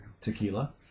Tequila